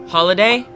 Holiday